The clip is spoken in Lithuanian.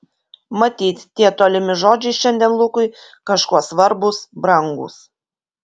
matyt tie tolimi žodžiai šiandien lukui kažkuo svarbūs brangūs